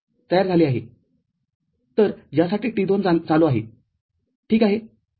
तर ज्यासाठी T२ चालू आहे ठीक आहे